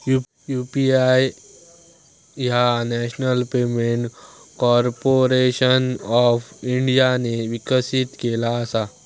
UPI ह्या national payment corporation of इंडियाने विकसित केला असा